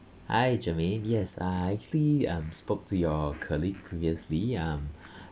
hi jermaine yes uh I actually um spoke to your colleague previously um